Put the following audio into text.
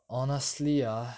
honestly ah